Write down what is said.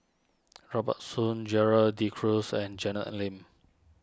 Robert Soon Gerald De Cruz and Janet Lim